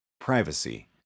Privacy